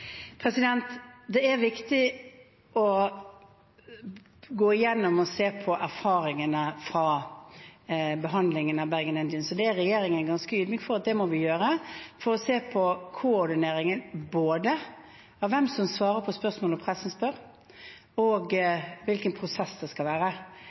Det er viktig å gå gjennom og se på erfaringene fra behandlingen av Bergen Engines. Regjeringen er ganske ydmyk overfor at det må vi gjøre for å se på koordineringen både av hvem som svarer på spørsmål når pressen spør, og hvilken prosess det skal være.